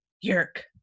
yerk